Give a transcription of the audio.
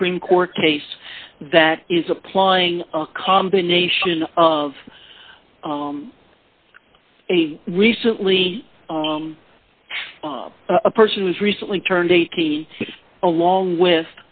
supreme court case that is applying a combination of a recently a person was recently turned eighteen along with